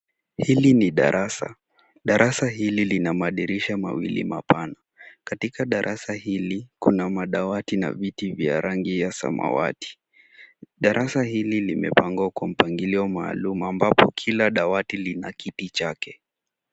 Hili ni darasa, darasa hili lina madirisha mawili mapana. Katika darasa hili, kuna madawati na viti vya rangiya samawati. Darasa hili limepangwa kwa mpangilio maalium ambapo kila dawati lina kiti chake.